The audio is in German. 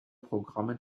programme